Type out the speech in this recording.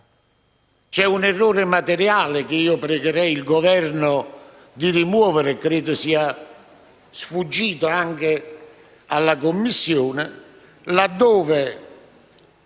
C'è un errore materiale, che pregherei il Governo di rimuovere e che credo sia sfuggito anche alla Commissione, nelle